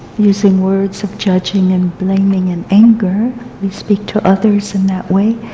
using words of judgment, and blaming, and anger, we speak to others in that way,